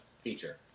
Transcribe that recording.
feature